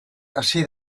hasi